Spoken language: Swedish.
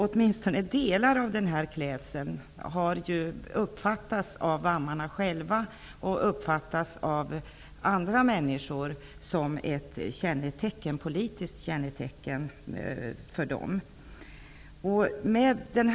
Åtminstone delar av den här klädseln har uppfattats av VAM:arna själva, och av andra människor, som ett politiskt kännetecken.